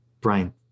Brian